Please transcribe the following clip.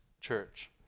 church